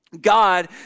God